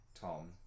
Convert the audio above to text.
Tom